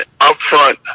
upfront